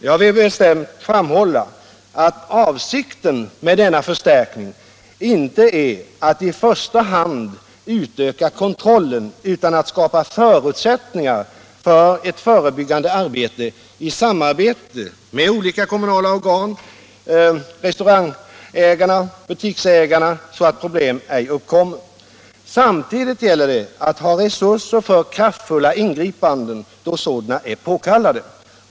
Jag vill bestämt framhålla att avsikten med denna förstärkning inte är att i första hand utöka kontrollen utan att skapa förutsättningar för ett förebyggande arbete i samarbete med olika kommunala organ, restauratörer och butiksägare så att problem ej uppkommer. Samtidigt gäller det att ha resurser för kraftfulla ingripanden då sådana är påkallade.